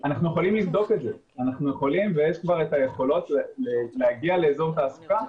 אנחנו יכולים לבדוק את זה ויש כבר את היכולות להגיע לאזור תעסוקה,